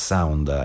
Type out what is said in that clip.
Sound